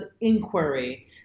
inquiry